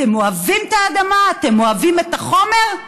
אתם אוהבים את האדמה, אתם אוהבים את החומר?